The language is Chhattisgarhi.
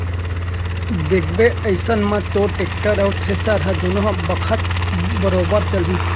देखबे अइसन म तोर टेक्टर अउ थेरेसर ह दुनों बखत बरोबर चलही